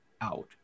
out